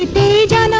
da da